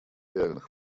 реальных